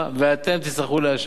ואתם תצטרכו לאשר אותם.